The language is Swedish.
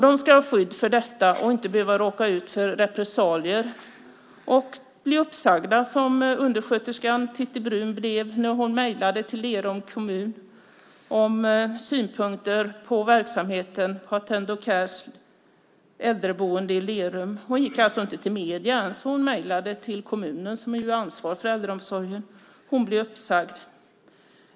De ska ha skydd för detta och inte behöva råka ut för repressalier och bli uppsagda, som undersköterskan Titti Bruun blev när hon mejlade till Lerums kommun om synpunkter på verksamheten i Attendo Cares äldreboende i Lerum. Hon gick alltså inte ens till medierna. Hon mejlade till kommunen, som ju har ansvar för äldreomsorgen. Hon blev uppsagd.